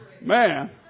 man